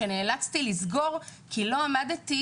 שנאלצתי לסגור כי לא עמדתי